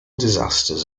disasters